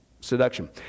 seduction